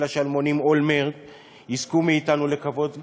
השלמונים אולמרט יזכו מאתנו לכבוד כחברה.